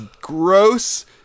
gross